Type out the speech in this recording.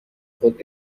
خود